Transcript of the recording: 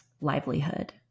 livelihood